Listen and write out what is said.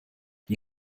die